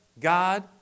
God